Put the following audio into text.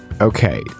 Okay